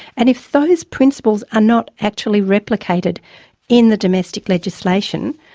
and if those principles are not actually replicated in the domestic legislation,